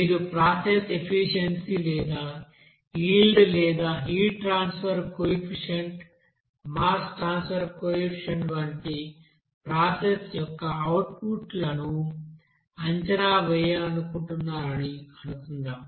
మీరు process efficiency లేదా yield లేదా heat transfer coefficient mass transfer coefficient వంటి ప్రాసెస్ యొక్క అవుట్పుట్ను అంచనా వేయాలనుకుంటున్నారని అనుకుందాం